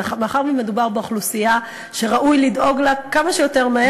מאחר שמדובר באוכלוסייה שראוי לדאוג לה כמה שיותר מהר,